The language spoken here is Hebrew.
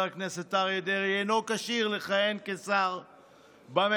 הכנסת אריה דרעי אינו כשיר לכהן כשר בממשלה,